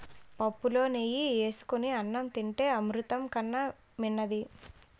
పుప్పులో నెయ్యి ఏసుకొని అన్నం తింతే అమృతం కన్నా మిన్నది